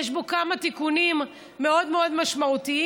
ויש בו כמה תיקונים מאוד מאוד משמעותיים,